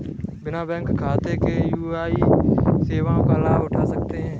बिना बैंक खाते के क्या यू.पी.आई सेवाओं का लाभ उठा सकते हैं?